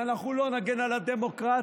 אם אנחנו לא נגן על הדמוקרטיה,